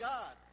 God